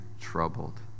troubled